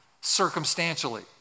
circumstantially